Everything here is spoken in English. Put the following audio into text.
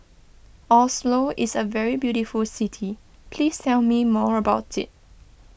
Oslo is a very beautiful city please tell me more about it